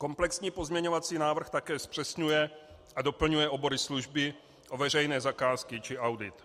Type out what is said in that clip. Komplexní pozměňovací návrh také zpřesňuje a doplňuje obory služby o veřejné zakázky či audit.